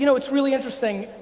you know it's really interesting,